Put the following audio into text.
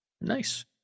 Nice